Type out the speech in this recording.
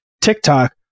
TikTok